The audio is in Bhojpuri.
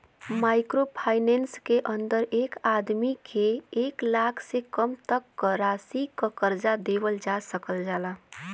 माइक्रो फाइनेंस के अंदर एक आदमी के एक लाख से कम तक क राशि क कर्जा देवल जा सकल जाला